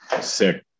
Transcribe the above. sick